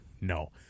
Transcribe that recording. No